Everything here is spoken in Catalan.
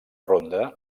ronda